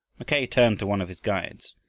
mackay turned to one of his guides,